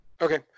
Okay